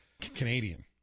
Canadian